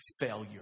failure